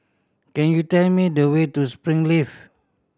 could you tell me the way to Springleaf